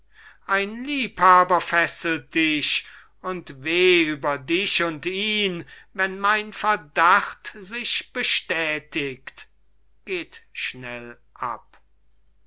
ein liebhaber fesselt dich und weh über dich und ihn wenn mein verdacht sich bestätigt